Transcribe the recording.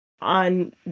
on